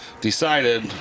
decided